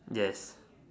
yes